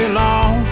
long